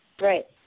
Right